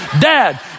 Dad